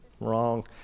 wrong